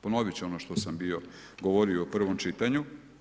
Ponoviti ću ono što sam bio govorio u prvom čitanju.